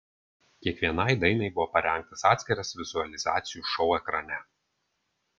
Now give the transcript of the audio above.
kiekvienai dainai buvo parengtas atskiras vizualizacijų šou ekrane